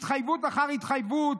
התחייבות אחר התחייבות,